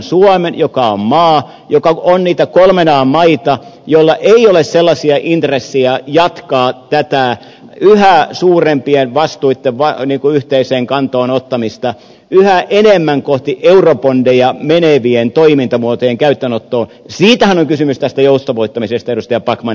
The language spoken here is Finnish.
suomen nimenomaan suomen joka on niitä kolmen an maita joilla ei ole sellaisia intressejä jatkaa tätä yhä suurempien vastuitten yhteiseen kantoon ottamista yhä enemmän kohti eurobondeja menevien toimintamuotojen käyttöönottoa siitähän on kysymys tästä joustavoittamisesta edustaja backman